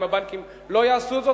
אם הבנקים לא יעשו זאת,